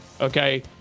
Okay